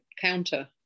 counter